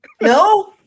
No